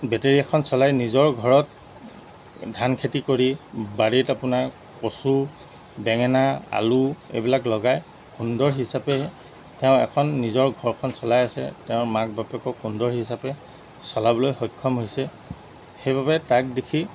battery এখন চলাই নিজৰ ঘৰত ধান খেতি কৰি বাৰীত আপোনাৰ কচু বেঙেনা আলু এইবিলাক লগাই সুন্দৰ হিচাপে তেওঁ এখন নিজৰ ঘৰখন চলাই আছে তেওঁৰ মাক বাপেকক সুন্দৰ হিচাপে চলাবলৈ সক্ষম হৈছে সেইবাবে তাক দেখি